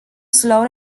sloan